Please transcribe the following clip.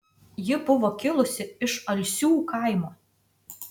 ji buvo kilusi iš alsių kaimo